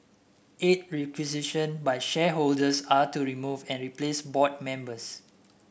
eight requisitioned by shareholders are to remove and replace board members